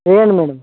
వేయండి మేడమ్